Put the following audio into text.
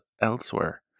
elsewhere